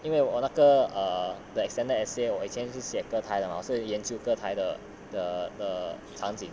因为我那个 err the extended essay 我以前是写歌台的嘛 so 研究歌台的 err err 场景